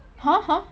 hor hor